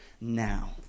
now